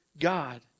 god